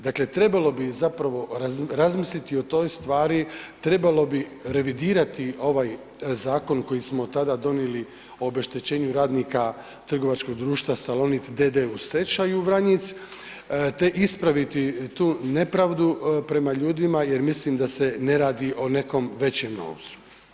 Dakle, trebalo bi zapravo razmisliti o toj stvari, trebalo bi revidirati ovaj zakon koji smo tada donijeli o obeštećenju radnika trgovačkog društva Salonit d.d. u stečaju, Vranjic, te ispraviti tu nepravdu prema ljudima jer mislim da se ne radi o nekom većem novcu.